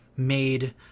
made